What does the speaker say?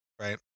right